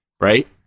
right